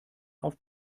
auf